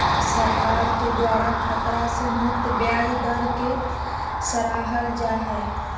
सरकार के द्वारा खतरा से मुक्त ब्याज दर के सराहल जा हइ